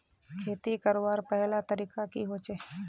खेती करवार पहला तरीका की होचए?